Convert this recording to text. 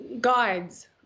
guides